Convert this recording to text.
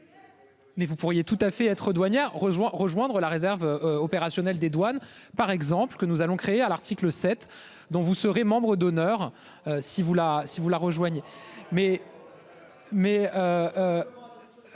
Mais vous pourriez tout à fait être douanières rejoint rejoindre la réserve opérationnelle des douanes par exemple que nous allons créer à l'article 7 dont vous serez membre d'honneur. Si vous là si